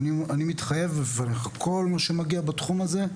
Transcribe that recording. אני מתחייב --- כל מה שמגיע בתחום הזה,